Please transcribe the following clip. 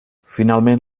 finalment